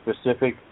specific